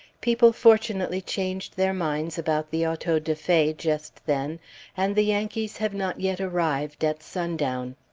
people fortunately changed their minds about the auto-da-fe just then and the yankees have not yet arrived, at sundown.